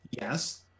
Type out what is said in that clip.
Yes